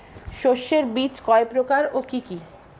শস্যের বীজ কয় প্রকার ও কি কি?